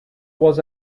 was